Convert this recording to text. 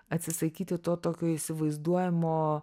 atsisakyti to tokio įsivaizduojamo